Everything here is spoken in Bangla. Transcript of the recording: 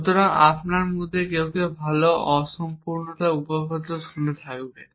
সুতরাং আপনার মধ্যে কেউ কেউ ভাল অসম্পূর্ণতা উপপাদ্য সম্পর্কে শুনে থাকবেন